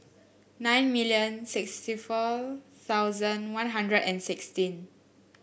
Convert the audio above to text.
nine million sixty four thousand One Hundred and sixteen